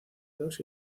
dos